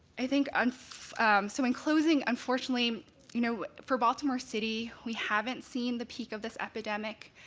i think um so in closing, unfortunately you know for baltimore city, we haven't seen the peak of this epidemic,